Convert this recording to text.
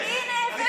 לא הבאתם.